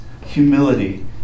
humility